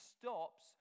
stops